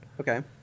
Okay